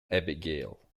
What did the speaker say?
abigail